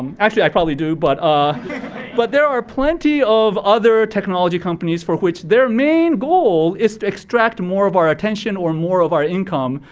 and actually i probably do, but ah but there are plenty of other technology companies for which their main goal is to extract more of our attention or more of our income.